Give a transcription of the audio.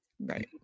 right